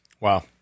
Wow